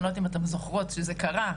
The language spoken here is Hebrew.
אני לא יודעת אם אתן זוכרות שזה קרה,